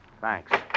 Thanks